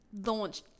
launch